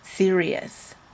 Serious